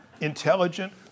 intelligent